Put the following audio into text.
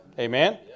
Amen